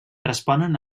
responen